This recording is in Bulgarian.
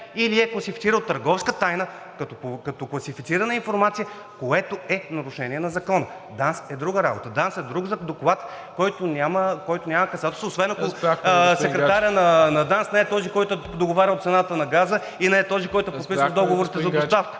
или е класифицирал търговска тайна като класифицирана информация, което е нарушение на закона? ДАНС е друга работа, ДАНС е друг доклад, който няма касателство, освен ако секретарят на ДАНС не е този, който е договарял цената на газа, и не е този, който е подписал договорите за доставка.